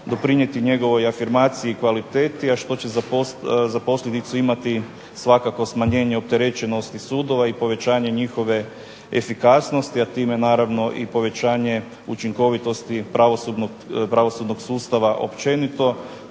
doprinijeti njegovoj afirmaciji i kvaliteti, a što će za posljedicu imati svakako smanjenje opterećenosti sudova i povećanje njihove efikasnosti, a time naravno i povećanje učinkovitosti pravosudnog sustava općenito